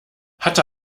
hatte